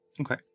Okay